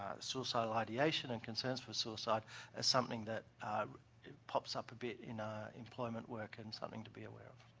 suicidal ideation and concerns for suicide is something that pops up a bit in ah employment work and something to be aware of.